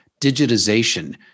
digitization